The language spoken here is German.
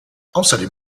außerdem